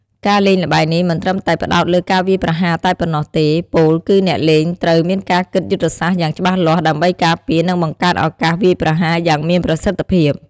ការលេងល្បែងនេះមិនត្រឹមតែផ្តោតលើការវាយប្រហារតែប៉ុណ្ណោះទេ ពោលគឺអ្នកលេងត្រូវមានការគិតយុទ្ធសាស្ត្រយ៉ាងច្បាស់លាស់ ដើម្បីការពារ និងបង្កើតឱកាសវាយប្រហារយ៉ាងមានប្រសិទ្ធភាព។